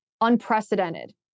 unprecedented